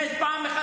החוצה.